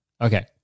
Okay